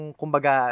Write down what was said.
kumbaga